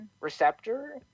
receptor